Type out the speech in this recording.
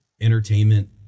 entertainment